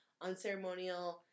unceremonial